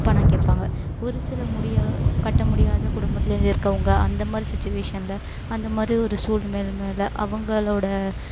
பணம் கேட்பாங்க ஒரு சில முடிய கட்ட முடியாத குடும்பத்துலேருந்து இருக்கவங்க அந்த மாதிரி சுச்சுவேஷன்ல அந்த மாதிரி ஒரு சூல் மேலே மேலே அவங்களோடய